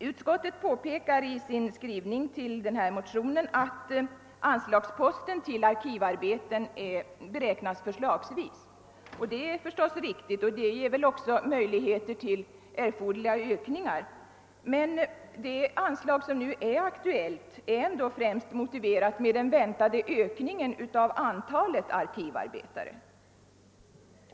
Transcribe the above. Utskottet påpekar i sin skrivning med anledning av motionen att anslagsposten till arkivarbeten beräknas förslagsvis. Det är förstås riktigt, och det ger väl också möjligheter till erforderliga ökningar, men det anslag som nu är aktuellt är ändå främst motiverat med den väntade ökningen av antalet arkivarbetare.